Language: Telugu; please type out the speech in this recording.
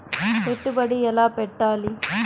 పెట్టుబడి ఎలా పెట్టాలి?